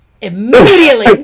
immediately